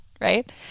right